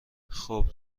خوب